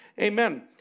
Amen